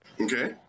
okay